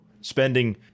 spending